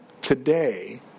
today